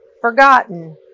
Forgotten